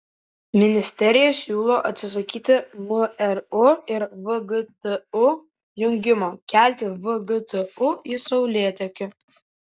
ministerija siūlo atsisakyti mru ir vgtu jungimo kelti vgtu į saulėtekį